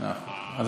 מאה אחוז.